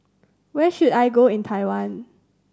where should I go in Taiwan